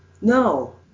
No